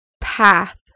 path